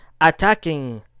attacking